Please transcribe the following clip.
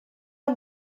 amb